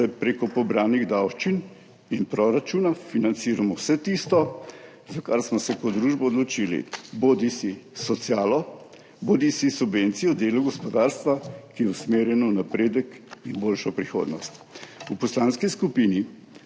preko pobranih davščin in proračuna financiramo vse tisto, za kar smo se kot družba odločili, bodisi za socialo bodisi za subvencije delu gospodarstva, ki je usmerjen v napredek in boljšo prihodnost. V poslanski skupini